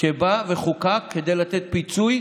שבא וחוקק כדי לתת פיצוי,